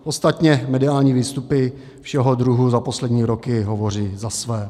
Ostatně mediální výstupy všeho druhu za poslední roky hovoří za vše.